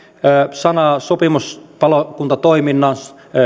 sana sopimuspalokuntatoiminnan